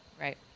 right